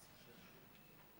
טיבי,